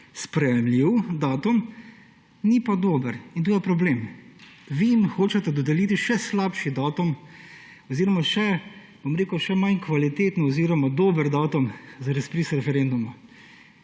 sprejemljiv datum, ni pa dober. In to je pa problem. Vi jim hočete dodeliti še slabši datum oziroma še manj kvaliteten oziroma dober datum za razpis referenduma